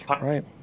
Right